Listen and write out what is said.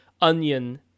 onion